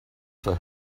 for